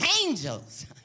Angels